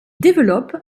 développe